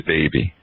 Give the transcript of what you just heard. Baby